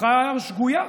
הכרעה שגויה,